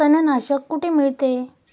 तणनाशक कुठे मिळते?